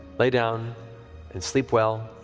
lay down and sleep well.